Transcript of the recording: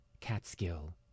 Catskill